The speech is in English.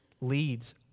leads